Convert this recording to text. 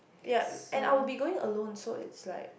ya and I will be going alone so it's like